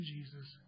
Jesus